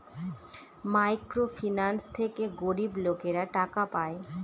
micro finance থেকে গরিব লোকেরা টাকা পায়